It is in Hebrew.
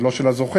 עוד לא של הזוכים,